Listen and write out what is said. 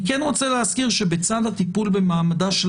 אני כן רוצה להזכיר שבצד הטיפול במעמדה של